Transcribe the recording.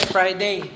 Friday